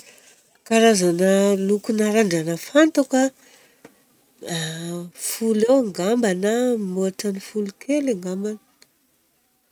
Karazana lokona randragna fantako a folo eo angamba na mihoatra ny folo kely angambany.